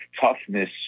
toughness